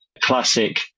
classic